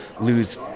lose